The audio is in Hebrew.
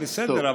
בסדר,